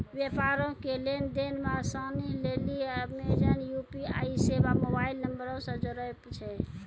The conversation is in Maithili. व्यापारो के लेन देन मे असानी लेली अमेजन यू.पी.आई सेबा मोबाइल नंबरो से जोड़ै छै